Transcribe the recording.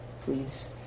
Please